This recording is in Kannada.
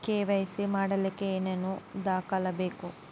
ಕೆ.ವೈ.ಸಿ ಮಾಡಲಿಕ್ಕೆ ಏನೇನು ದಾಖಲೆಬೇಕು?